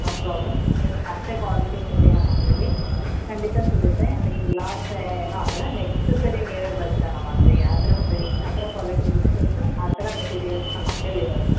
no problem ನಿಮ್ಮ ಅಷ್ಟೇ ಕ್ವಾಲಿಟೀನೂ ಇದೆ ನಮ್ಮ ಅಂಗ್ಡೀಲಿ ಖಂಡಿತ ಸಿಗುತ್ತೆ ಆಮೇಲೆ ನಿಮಗೆ ಲಾಸ್ಸೇನು ಆಗೋಲ್ಲ ನೆಕ್ಸ್ಟ್ ಸರಿ ನೀವೇ ಬರ್ತೀರ ನಮ್ಮ ಅಂಗಡಿಗೆ ಆ ಥರ ಪ್ರೈ ಆ ತರ ಕ್ವಾಲಿಟಿ ಬುಕ್ಸಸ್ಸು ಆ ಥರ ಮೆಟೀರಿಯಲ್ಸ್ ನಮ್ಮ ಅಂಗ್ಡಿಲಿ ಇರೋದು